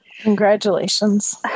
Congratulations